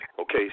Okay